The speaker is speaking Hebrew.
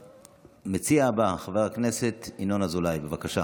המציע הבא, חבר הכנסת ינון אזולאי, בבקשה.